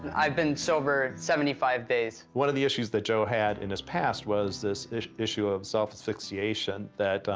and i've been sober seventy five days. one of the issues that joe had in his past was this iss issue of self-asphyxiation that,